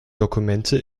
dokumente